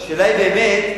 השאלה היא באמת,